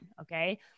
Okay